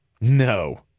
No